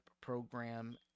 program